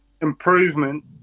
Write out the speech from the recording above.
improvement